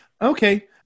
Okay